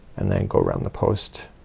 and then go around the post